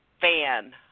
fan